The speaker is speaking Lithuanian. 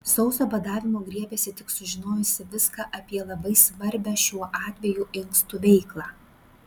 sauso badavimo griebėsi tik sužinojusi viską apie labai svarbią šiuo atveju inkstų veiklą